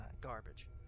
garbage